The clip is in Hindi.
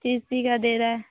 तीस ही का दे रहा है